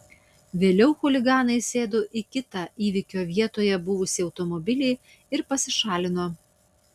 vėliau chuliganai sėdo į kitą įvykio vietoje buvusį automobilį ir pasišalino